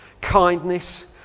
kindness